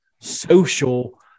social